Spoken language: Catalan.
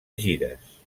gires